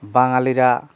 বাঙালিরা